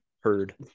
heard